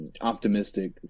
optimistic